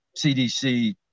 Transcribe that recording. CDC